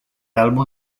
álbum